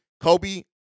Kobe